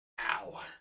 Ow